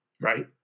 right